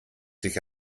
sich